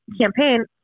campaign